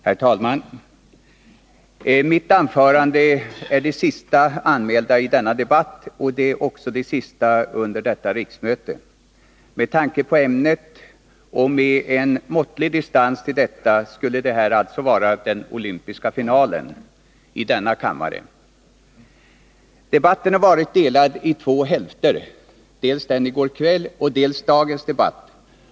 Herr talman! Mitt anförande är det sista anmälda i denna debatt, och det är också ett av de sista under detta riksmöte. Med tanke på ämnet och med en måttlig distans till detta skulle det här vara den olympiska finalen — i denna kammare. Debatten har varit delad i två hälfter, dels den i går kväll, dels dagens debatt.